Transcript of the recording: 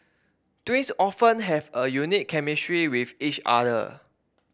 twins often have a unique chemistry with each other